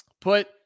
Put